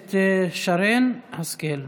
הכנסת שרן השכל.